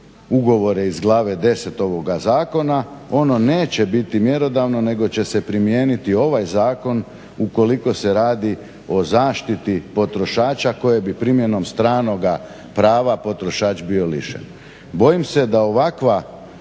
ugovore iz Glave 10. ovoga zakona ono neće biti mjerodavno nego će se primijeniti ovaj zakon ukoliko se radi o zaštiti potrošača koje bi primjenom stranoga prava potrošač bio lišen. Bojim se da ovakva